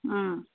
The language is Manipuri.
ꯎꯝ